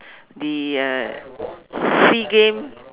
the uh sea games